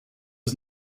was